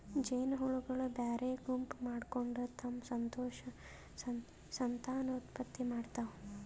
ಜೇನಹುಳಗೊಳ್ ಬ್ಯಾರೆ ಗುಂಪ್ ಮಾಡ್ಕೊಂಡ್ ತಮ್ಮ್ ಸಂತಾನೋತ್ಪತ್ತಿ ಮಾಡ್ತಾವ್